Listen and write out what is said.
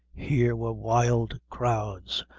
here were wild crowds,